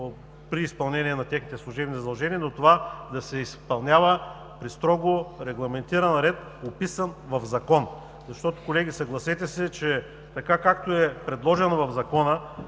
при изпълнение на техните служебни задължения, но това да се изпълнява при строго регламентиран ред, описан в закон. Защото, колеги, съгласете се, че така, както е предложено в Закона,